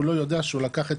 הוא לא יודע שהוא לקח את